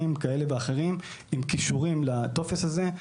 כאלה ואחרים עם קישורים לטופס הזה,